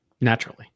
naturally